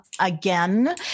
again